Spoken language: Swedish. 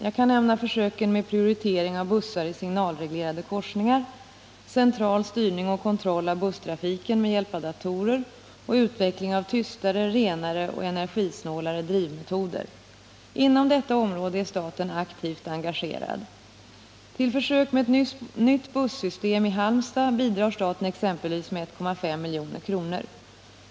Jag kan nämna försöken med prioritering av bussar i signalreglerade korsningar, central styrning och kontroll av busstrafiken med hjälp av datorer och utveckling av tystare, renare och energisnålare drivmetoder. Inom detta område är staten aktivt engagerad. Till försök med ett nytt bussystem i 13 Halmstad bidrar staten exempelvis med 1,5 milj.kr.